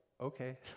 okay